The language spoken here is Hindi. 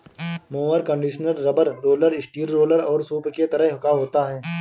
mower conditioner rubber roller, steel roller और सूप के तरह का होता है